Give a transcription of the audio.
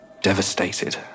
Devastated